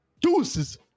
deuces